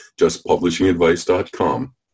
justpublishingadvice.com